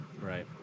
Right